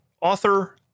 author